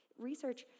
Research